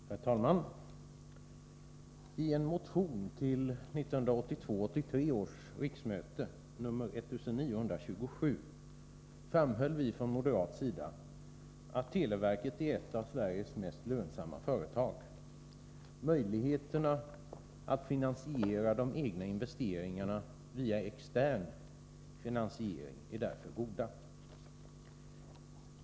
Herr talman! I en motion till 1982/83 års riksmöte, nr 1927, framhöll vi från moderat sida att televerket är ett av Sveriges mest lönsamma företag. Möjligheterna att finansiera de egna investeringarna via extern finansiering är därför goda.